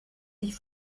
sich